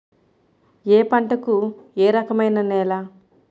ఏ పంటకు ఏ రకమైన నేల?